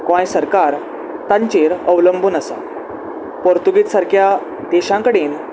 गोंय सरकार तांचेर अवलंबून आसा पोर्तुगीज सारक्या देशां कडेन